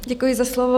Děkuji za slovo.